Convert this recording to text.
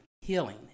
healing